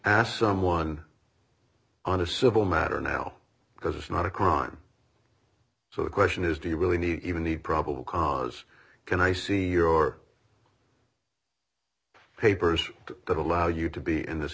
asked someone on a civil matter now because it's not a crime so the question is do you really need even need probable cause can i see your papers but allow you to be in this